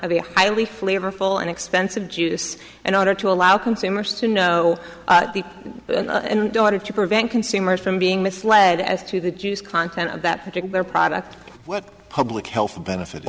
of the highly flavorful and expensive juice and honor to allow consumers to know to prevent consumers from being misled as to the jews content of that particular product public health benefit